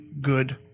good